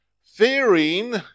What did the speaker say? Fearing